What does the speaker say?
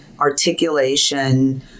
articulation